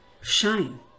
shine